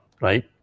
right